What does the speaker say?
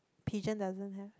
pigeon doesn't have